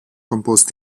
composed